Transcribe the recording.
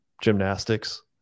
gymnastics